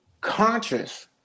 conscious